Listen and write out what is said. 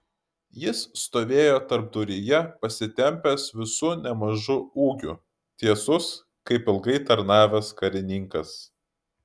jis stovėjo tarpduryje pasitempęs visu nemažu ūgiu tiesus kaip ilgai tarnavęs karininkas